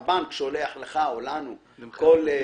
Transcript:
זה מחייב רביזיה?